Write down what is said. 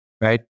Right